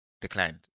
declined